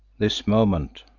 this moment.